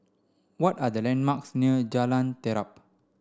what are the landmarks near Jalan Terap